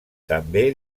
també